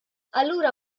allura